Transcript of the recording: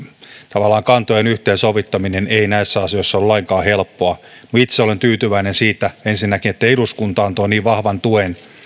tavallaan kantojen yhteen sovittaminen ei näissä asioissa ole lainkaan helppoa itse olen tyytyväinen ensinnäkin siihen että eduskunta antoi vahvan tuen